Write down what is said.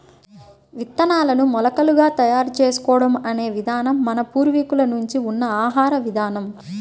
విత్తనాలను మొలకలుగా తయారు చేసుకోవడం అనే విధానం మన పూర్వీకుల నుంచే ఉన్న ఆహార విధానం